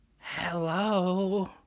Hello